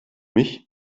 mich